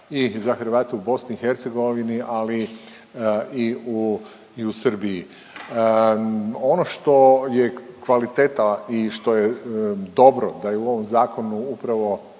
i za Hrvate u BiH, ali i u Srbiji. Ono što je kvaliteta i što je dobro da je u ovom Zakonu upravo